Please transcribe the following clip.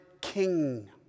king